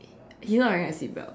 he's not wearing a seatbelt